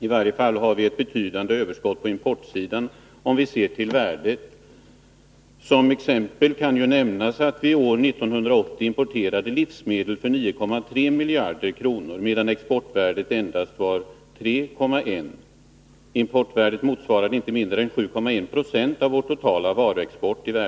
I varje fall har vi, om vi ser till värdet, ett betydande överskott på importsidan. Som exempel kan nämnas att vi år 1980 importerade livsmedel för 9,3 miljarder kronor, medan exportvärdet endast var 3,1 miljarder kronor. Importen motsvarade i värde räknat inte mindre än 7,1 96 av vår totala varuexport.